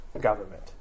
government